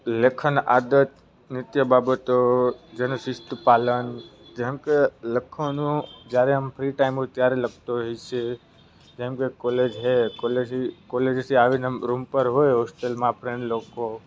લેખન આદત નિત્ય બાબતો જનશિષ્ટ પાલન જેમ કે લખવાનું જ્યારે આમ ફ્રી ટાઈમ હોય ત્યારે લખતો હોઈશ જેમ કે કોલેજ હે કોલેજ કોલેજેથી આવીને આમ રૂમ પર હોય હોસ્ટેલમાં ફ્રેન્ડ લોકો